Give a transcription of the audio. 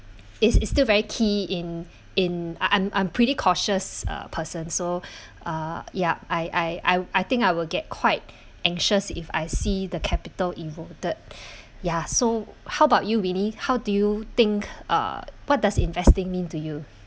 it's it's still very key in in I I'm I'm pretty cautious uh person so uh ya I I I I think I will get quite anxious if I see the capital in voted ya so how about you winnie how do you think uh what does investing mean to you